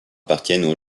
appartiennent